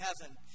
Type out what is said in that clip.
heaven